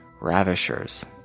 ravishers